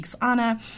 Anna